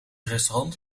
restaurant